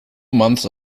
months